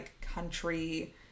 country